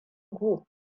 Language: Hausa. ku